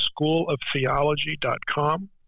schooloftheology.com